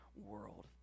world